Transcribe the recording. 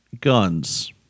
guns